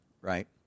right